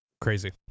Crazy